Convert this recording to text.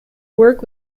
work